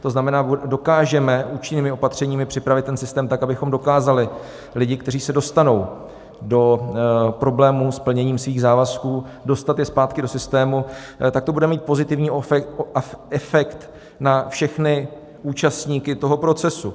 To znamená, dokážeme účinnými opatřeními připravit ten systém tak, abychom dokázali lidi, kteří se dostanou do problémů s plněním svých závazků, dostat je zpátky do systému, tak to bude mít pozitivní efekt na všechny účastníky toho procesu.